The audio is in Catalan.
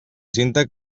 cinta